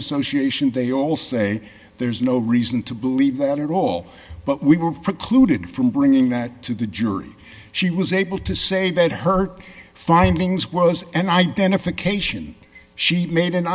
association they all say there's no reason to believe that at all but we were precluded from bringing that to the jury she was able to say that herc findings was an identification she made an